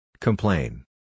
Complain